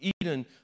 Eden